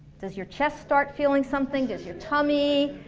does your chest start feeling something, does your tummy,